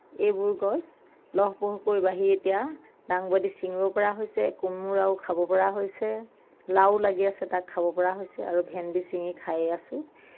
এইবোৰ গছ লহপহকৈ বাঢ়ি এতিয়া ডাংবডী চিঙিব পৰা হৈছে কোমোৰাও খাব পৰা হৈছে লাউ লাগি আছে তাক খাব পৰা হৈছে আৰু ভেন্দি আছে তাক খাইয়েই আছোঁ